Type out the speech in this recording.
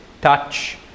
touch